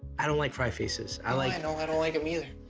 i don't like cry faces i like know, i don't like em either.